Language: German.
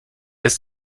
ist